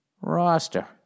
roster